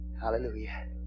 Hallelujah